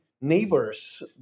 neighbors